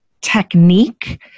technique